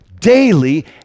daily